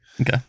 Okay